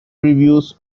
reviews